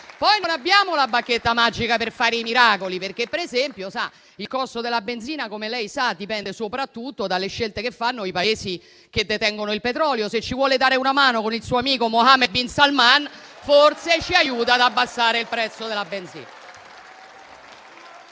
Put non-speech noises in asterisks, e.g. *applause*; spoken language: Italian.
Poi non abbiamo la bacchetta magica per fare i miracoli, perché, per esempio, il costo della benzina, come sa, dipende soprattutto dalle scelte che fanno i Paesi che detengono il petrolio: se ci volesse dare una mano con il suo amico Mohammad bin Salman, *applause* forse ci aiuterebbe ad abbassare il prezzo della benzina.